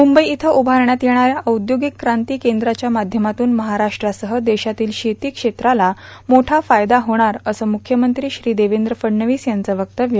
मूंबई इथ उभारण्यात येणा या औदर्योग्राक क्रांती कद्राच्या माध्यमातून महाराष्ट्रासह देशातील शेती क्षेत्राला मोठा फायदा होणार असं मुख्यमंत्री देवद्र फडणवीस याचं वक्तव्य